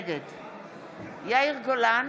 נגד יאיר גולן,